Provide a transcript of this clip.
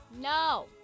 No